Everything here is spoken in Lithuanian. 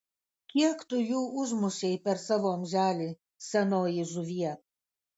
kiek tu jų užmušei per savo amželį senoji žuvie